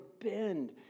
bend